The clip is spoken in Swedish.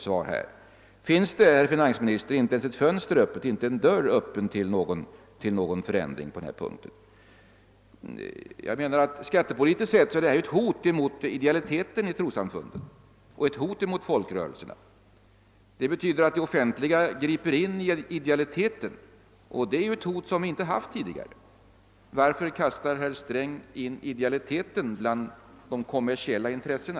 Står det, herr finansminister, inte en dörr öppen eller ens ett fönster på glänt? Skattepolitiskt sett är arbetsgivaravgiften i dessa avseenden ett hot mot idealiteten i trossamfunden och ett hot mot folkrörelserna. Det betyder att det offentliga griper in i idealiteten, och det är ju ett hot som inte funnits tidigare. Varför kastar herr Sträng in idealiteten bland de kommersiella intressena?